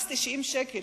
מס 90 השקל,